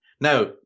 Now